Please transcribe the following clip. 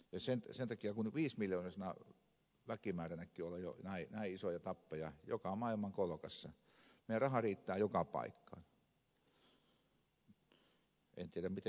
ja sen takia kun viisimiljoonaisena väkimääränäkin on jo näin isoja tappeja joka maailman kolkassa meidän rahamme riittää joka paikkaan en tiedä miten pitkään vaan